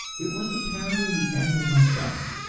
it was apparently the end of my stomach,